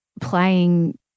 playing